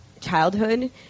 childhood